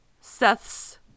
Seth's